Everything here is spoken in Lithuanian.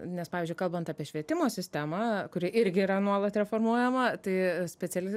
nes pavyzdžiui kalbant apie švietimo sistemą kuri irgi yra nuolat reformuojama tai speciali